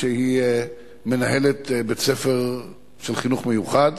שהיא מנהלת בית-ספר לחינוך מיוחד,